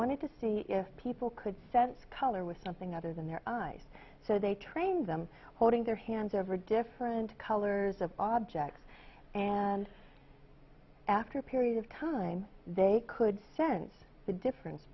wanted to see if people could sense color with something other than their eyes so they trained them holding their hands over different colors of objects and after a period of time they could sense the difference